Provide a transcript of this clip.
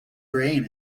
brain